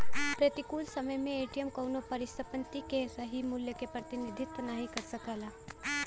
प्रतिकूल समय में एम.टी.एम कउनो परिसंपत्ति के सही मूल्य क प्रतिनिधित्व नाहीं कर सकला